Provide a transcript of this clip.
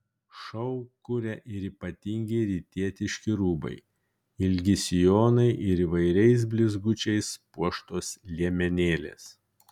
šou kuria ir ypatingi rytietiški rūbai ilgi sijonai ir įvairiais blizgučiais puoštos liemenėlės